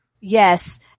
Yes